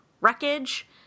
wreckage